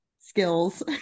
skills